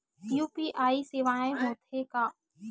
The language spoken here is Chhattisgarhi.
यू.पी.आई सेवाएं हो थे का?